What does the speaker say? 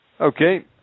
Okay